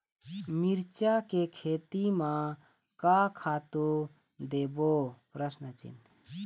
मिरचा के खेती म का खातू देबो?